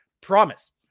Promise